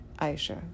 Aisha